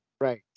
Right